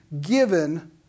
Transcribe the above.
given